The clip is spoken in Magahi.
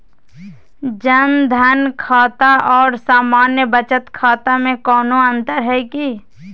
जन धन खाता और सामान्य बचत खाता में कोनो अंतर है की?